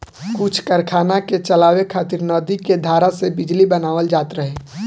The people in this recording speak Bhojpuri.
कुछ कारखाना के चलावे खातिर नदी के धारा से बिजली बनावल जात रहे